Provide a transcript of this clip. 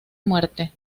muerte